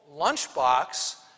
lunchbox